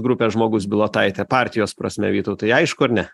grupė žmogus bilotaitė partijos prasme vytautai aišku ar ne